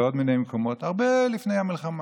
בכל מיני מקומות, הרבה לפני המלחמה,